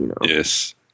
Yes